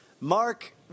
Mark